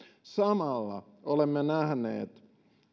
samalla olemme nähneet